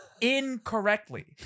incorrectly